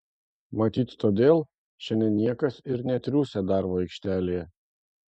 matyt todėl šiandien niekas ir netriūsia darbo aikštelėje